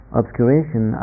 obscuration